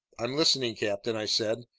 i'm listening, captain, i said,